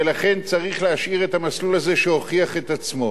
ולכן צריך להשאיר את המסלול הזה, שהוכיח את עצמו.